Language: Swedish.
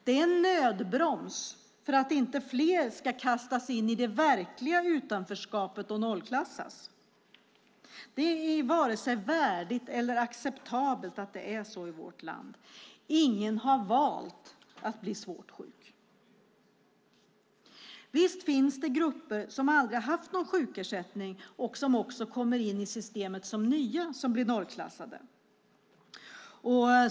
Det är en nödbroms för att inte fler ska kastas in i det verkliga utanförskapet och nollklassas. Det är varken värdigt eller acceptabelt att det är så i vårt land. Ingen har valt att bli svårt sjuk. Visst finns det grupper som aldrig har haft någon sjukersättning och sådana som kommer in i systemet som nya och blir nollklassade.